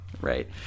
Right